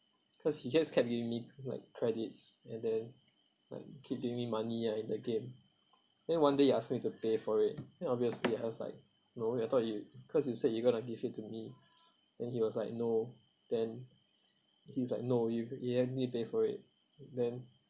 cause he just kept giving me like credits and then like keep giving me money ah in the game then one day he asked me to pay for it obviously I was like no I thought you because you said you going to give it to me then he was like no then he's like no you you have me pay for it then